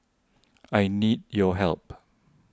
I need your help